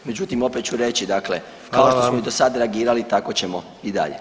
Međutim, opet ću reći dakle kao što smo i do sad reagirali tako ćemo i dalje.